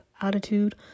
attitude